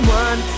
one